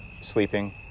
sleeping